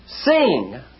sing